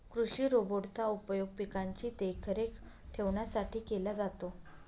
कृषि रोबोट चा उपयोग पिकांची देखरेख ठेवण्यासाठी केला जातो